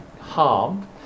harm